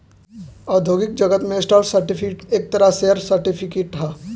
औद्योगिक जगत में स्टॉक सर्टिफिकेट एक तरह शेयर सर्टिफिकेट ह